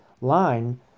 line